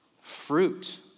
fruit